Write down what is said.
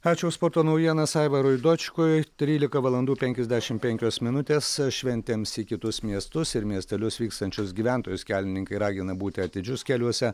ačiū už sporto naujienas aivarui dočkui trylika valandų penkiasdešim penkios minutės šventėms į kitus miestus ir miestelius vykstančius gyventojus kelininkai ragina būti atidžius keliuose